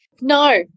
No